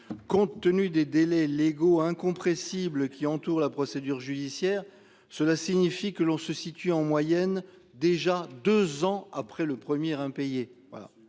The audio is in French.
compte tenu des délais légaux incompressibles qui entoure la procédure judiciaire. Cela signifie que l'on se situer en moyenne déjà 2 ans après le premier.